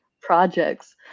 projects